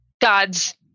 Gods